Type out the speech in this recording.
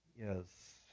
Yes